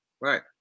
Right